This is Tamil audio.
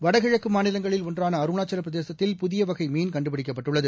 வடகிழக்குமாநிலங்களில் ஒன்றானஅருணாச்சலப்பிரதேசத்தில் புதியவகைமீன் கண்டுபிடிக்கப்பட்டுள்ளது